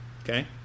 Okay